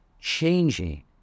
changing